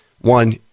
one